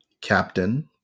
Captain